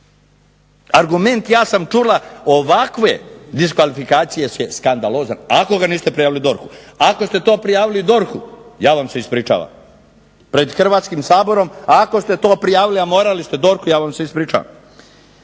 Argument ja sam čula ovakve diskvalifikacije je skandalozan ako ga niste prijavili DORH-u. Ako ste to prijavili DORH-u ja vam se ispričavam pred Hrvatskim saborom, ako ste to prijavili a morali ste DORH-u, ja vam se ispričavam.